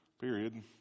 period